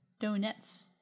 donuts